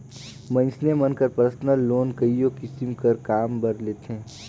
मइनसे मन personal loan कइयो किसिम कर काम बर लेथें